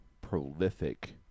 prolific